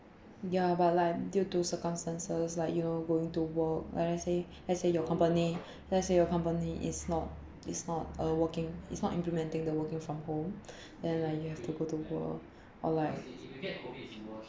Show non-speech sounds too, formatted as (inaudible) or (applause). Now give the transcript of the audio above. ya but like due to circumstances like you know going to work like let's say let's say your company (breath) let's say your company is not is not uh working it's not implementing the working from home (breath) then like you have to go to work or like